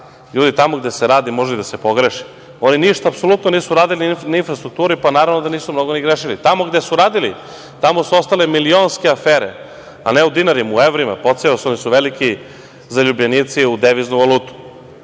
Ljudi, tamo gde se radi, može i da se pogreši. Oni ništa apsolutno nisu uradili na infrastrukturi, pa naravno da nisu mnogo ni grešili. Tamo gde su radili, tamo su ostale milionske afere, ne u dinarima, u evrima. Oni su veliki zaljubljenici u deviznu valutu,